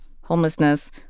homelessness